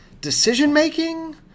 decision-making